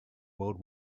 world